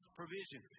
provision